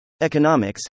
Economics